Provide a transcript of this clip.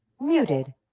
muted